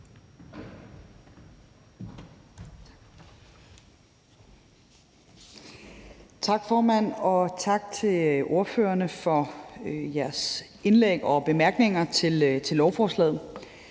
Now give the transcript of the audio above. Tak, formand, og tak til ordførerne for jeres indlæg og bemærkninger til lovforslaget.